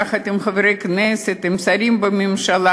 יחד עם חברי הכנסת ועם שרים בממשלה,